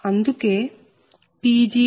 అందుకే Pg2Pg3